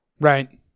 right